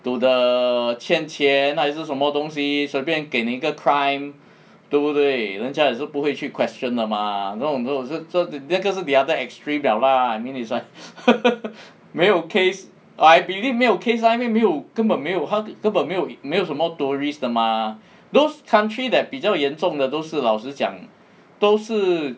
to the 欠钱还是什么东西随便给你一个 crime 对不对人家也是不会去 question 的 mah 这种这种事 so 那个是 the other extreme liao lah I mean it's like 没有 case I believe 没有 case lah 因为没有根本没有根本没有没有什么 tourists 的 mah those country that 比较严重的都是老实讲 都是